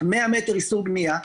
100 מטר איסור בנייה.